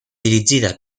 dirigida